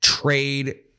Trade